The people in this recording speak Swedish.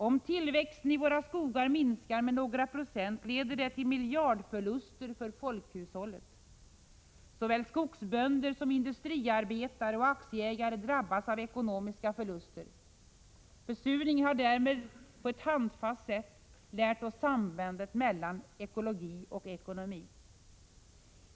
Om tillväxten i våra skogar minskar med några procent, leder det till miljardförluster för folkhushållet. Såväl skogsbönder som industriarbetare och aktieägare drabbas av ekonomiska förluster. Försurningen har därmed på ett handfast sätt lärt oss sambandet mellan ekologi och ekonomi.